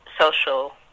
social